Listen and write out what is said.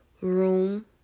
room